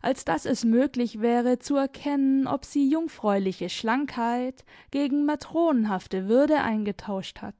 als daß es möglich wäre zu erkennen ob sie jungfräuliche schlankheit gegen matronenhafte würde eingetauscht hat